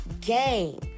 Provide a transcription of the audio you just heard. game